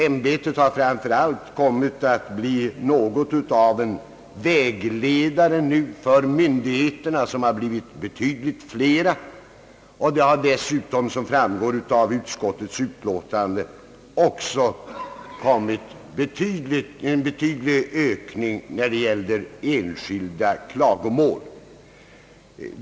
ämbetet har framför allt kommit att bli något av en vägledare för myndigheterna, som har blivit betydligt flera, och dessutom har som framgår av utskottets utlåtande de enskilda klagomålen också väsentligt ökat.